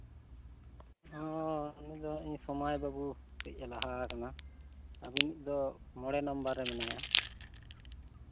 ᱚᱻ ᱩᱱᱤ ᱫᱚ ᱤᱧ ᱥᱳᱢᱟᱭ ᱵᱟᱹᱵᱩ ᱠᱟᱹᱪ ᱮ ᱞᱟᱦᱟ ᱟᱠᱟᱱᱟ ᱟᱹᱵᱤᱱᱤᱪ ᱫᱚ ᱢᱚᱬᱮ ᱱᱟᱢᱵᱟᱨ ᱨᱮ ᱢᱮᱱᱟᱭᱟ